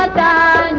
ah da